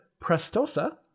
Prestosa